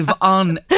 on